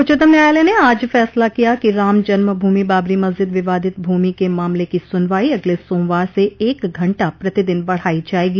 उच्चतम न्यायालय ने आज फैसला किया कि राम जन्म भूमि बाबरी मस्जिद विवादित भूमि के मामले की सुनवाई अगले सोमवार से एक घंटा प्रतिदिन बढ़ाई जाएगी